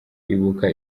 ibuka